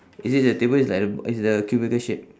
is it the table it's like a it's like a cubicle shape